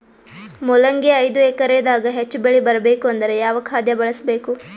ಮೊಲಂಗಿ ಐದು ಎಕರೆ ದಾಗ ಹೆಚ್ಚ ಬೆಳಿ ಬರಬೇಕು ಅಂದರ ಯಾವ ಖಾದ್ಯ ಬಳಸಬೇಕು?